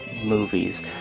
Movies